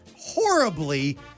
horribly